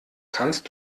kannst